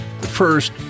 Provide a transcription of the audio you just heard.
First